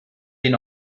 den